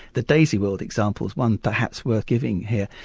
the daisy world example is one perhaps worth giving here.